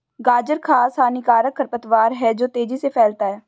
गाजर घास हानिकारक खरपतवार है जो तेजी से फैलता है